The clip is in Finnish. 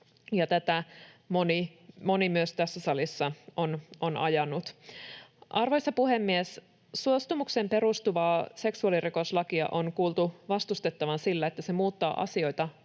tätä moni myös tässä salissa on ajanut. Arvoisa puhemies! Suostumukseen perustuvaa seksuaalirikoslakia on kuultu vastustettavan sillä, että se muuttaa asioita